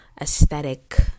aesthetic